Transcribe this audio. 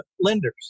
lenders